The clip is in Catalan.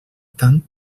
tant